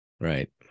Right